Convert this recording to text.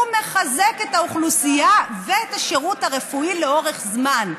מחזק את האוכלוסייה ואת השירות הרפואי לאורך זמן.